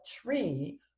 tree